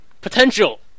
potential